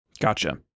Gotcha